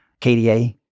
KDA